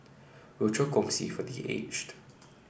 Rochor Kongsi for The Aged